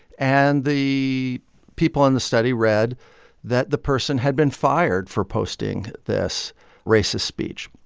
and the people in the study read that the person had been fired for posting this racist speech.